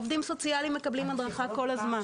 עובדים סוציאליים מקבלים הדרכה כל הזמן.